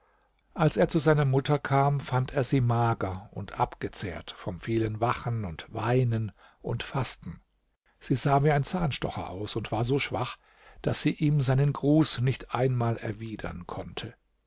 als er zu seiner mutter kam fand er sie mager und abgezehrt vom vielen wachen und weinen und fasten sie sah wie ein zahnstocher aus und war so schwach daß sie ihm seinen gruß nicht einmal erwidern konnte